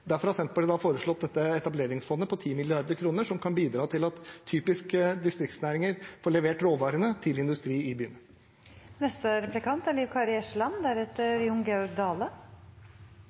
Derfor har Senterpartiet foreslått dette etableringsfondet på 10 mrd. kr, som kan bidra til at typiske distriktsnæringer får levert råvarene til industri i